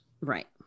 Right